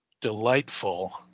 delightful